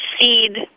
seed